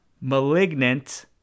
Malignant